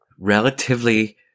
relatively